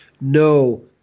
no